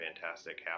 fantastic